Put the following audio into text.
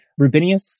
Rubinius